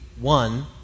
one